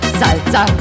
salsa